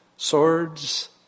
Swords